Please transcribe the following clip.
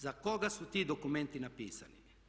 Za koga su ti dokumenti napisani?